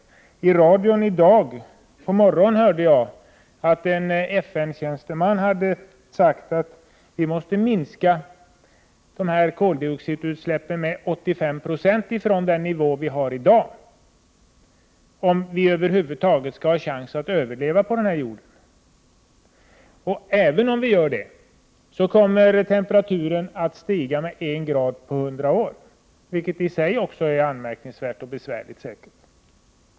Jag hörde i radion i dag på morgonen att en FN-tjänsteman hade sagt att koldioxidutsläppen måste minska med 85 6, räknat från den nivå där de ligger i dag, om vi över huvud taget skall ha någon chans att överleva på jorden. Även om vi lyckas klara denna minskning, kommer temperaturen att stiga med en grad på 100 år, vilket i sig säkerligen är anmärkningsvärt och besvärligt.